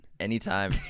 Anytime